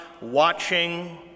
watching